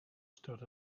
stood